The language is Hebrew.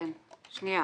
הפוך.